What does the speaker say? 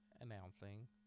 announcing